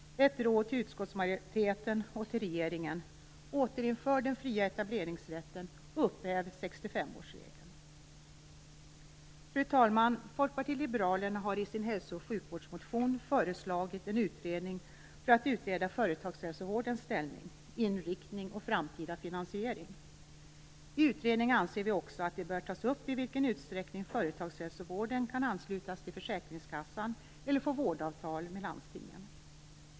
Ett råd till utskottsmajoriteten och till regeringen: Fru talman! Folkpartiet liberalerna har i sin hälsooch sjukvårdsmotion föreslagit en utredning av företagshälsovårdens ställning, inriktning och framtida finansiering. Vi anser också att det i utredningen bör tas upp i vilken utsträckning företagshälsovården kan anslutas till försäkringskassa eller få vårdavtal med landstingen.